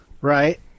right